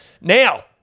Now